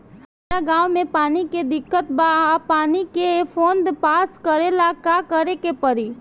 हमरा गॉव मे पानी के दिक्कत बा पानी के फोन्ड पास करेला का करे के पड़ी?